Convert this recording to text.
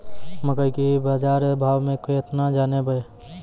मकई के की बाजार भाव से केना जानवे?